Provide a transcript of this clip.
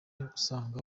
asanga